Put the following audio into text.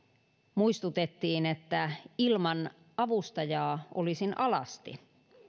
muistutettiin että ilman avustajaa olisin alasti